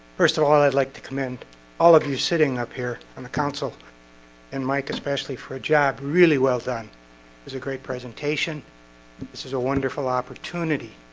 first of all i'd like to commend all of you sitting up here on the council and mike especially for a job really well done there's a great presentation this is a wonderful opportunity.